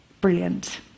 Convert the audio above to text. brilliant